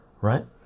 right